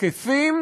תקפים